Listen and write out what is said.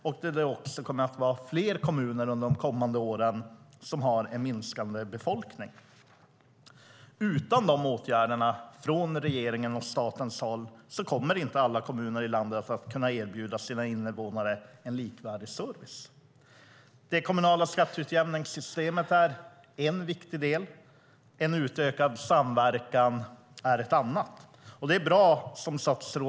Det kommer också att vara fler kommuner som har en minskande befolkning under de kommande åren. Utan dessa åtgärder från regeringen och staten kommer inte alla kommuner i landet att kunna erbjuda sina invånare en likvärdig service. Det kommunala skatteutjämningssystemet är en viktig del. En utökad samverkan är en annan.